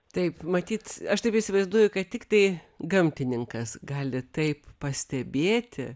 taip matyt aš taip įsivaizduoju kad tiktai gamtininkas gali taip pastebėti